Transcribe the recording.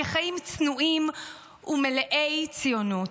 חיים צנועים ומלאי ציונות.